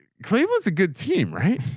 cleveland's a good team, right?